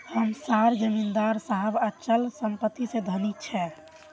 हम सार जमीदार साहब अचल संपत्ति से धनी छे